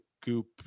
goop